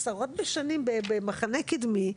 עשרות בשנים במחנה קדמי,